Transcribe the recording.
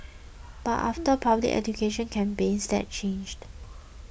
but after public education campaigns that changed